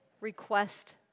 request